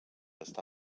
està